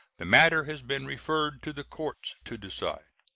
the matter has been referred to the courts to decide.